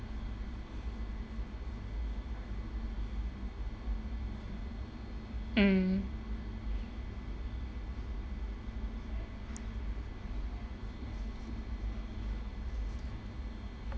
mm